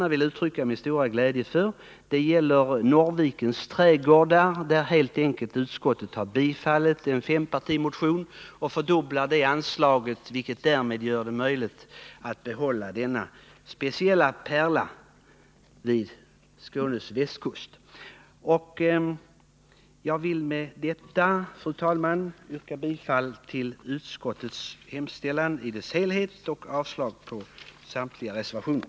Jag vill uttrycka min stora glädje över detta. Här har utskottet helt enkelt bifallit en fempartimotion och fördubblat anslaget, vilket gör det möjligt att behålla denna speciella pärla vid Skånes västkust. Med det sagda vill jag, fru talman, yrka bifall till utskottets hemställan i dess helhet och avslag på samtliga reservationer.